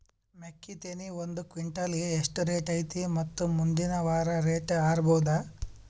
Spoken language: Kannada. ಮೆಕ್ಕಿ ತೆನಿ ಒಂದು ಕ್ವಿಂಟಾಲ್ ಗೆ ಎಷ್ಟು ರೇಟು ಐತಿ ಮತ್ತು ಮುಂದಿನ ವಾರ ರೇಟ್ ಹಾರಬಹುದ?